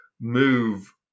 move